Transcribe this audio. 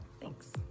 Thanks